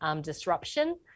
disruption